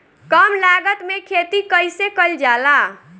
कम लागत में खेती कइसे कइल जाला?